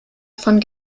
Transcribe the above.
von